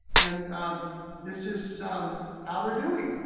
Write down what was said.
and this is how they're doing,